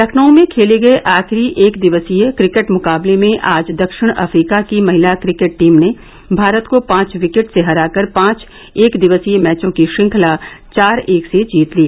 लखनऊ में खेले गए आखिरी एक दिवसीय क्रिकेट मुकाबले में आज दक्षिण अफ्रीका की महिला क्रिकेट टीम ने भारत को पांच विकेट से हराकर पांच एकदिवसीय मैचों की श्रृंखला चार एक से जीत ली